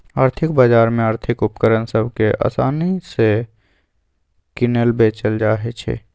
आर्थिक बजार में आर्थिक उपकरण सभ के असानि से किनल बेचल जाइ छइ